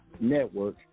Network